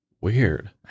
Weird